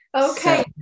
Okay